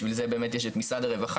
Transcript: בשביל זה באמת יש את משרד הרווחה.